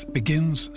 begins